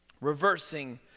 Reversing